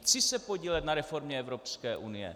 Chci se podílet na reformě Evropské unie.